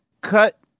cut